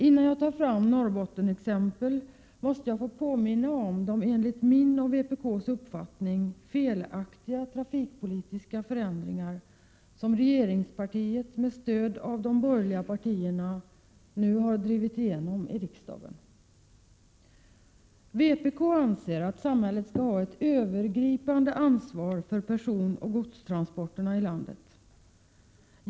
Innan jag tar fram Norrbottenexempel måste jag få påminna om de enligt min och vpk:s uppfattning felaktiga trafikpolitiska förändringar som regeringspartiet, med stöd av de borgerliga partierna, nu har drivit igenom i riksdagen. Vpk anser att samhället skall ha ett övergripande ansvar för personoch godstransporterna i landet.